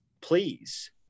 please